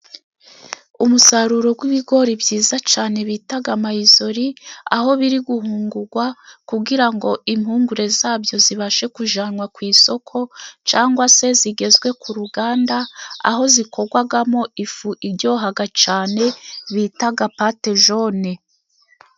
Umusaruro w'ibigori byiza cyane bita mayizori, aho biriguhungurwa kugira ngo impungure zabyo zibashe kujyanwa ku isoko, cyangwa se zigezwe ku ruganda, aho zikorwamo ifu iryoha cyane bita patejone.